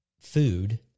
food